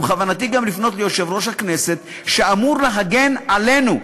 ובכוונתי גם לפנות ליושב-ראש הכנסת שאמור להגן עלינו,